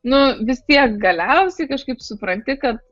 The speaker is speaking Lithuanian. nu vis tiek galiausiai kažkaip supranti kad